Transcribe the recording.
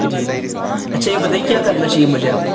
جی جی اچھا یہ بتائیے کیا کرنا چاہیے مجھے اب